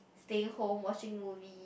staying home watching movie